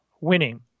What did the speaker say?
winning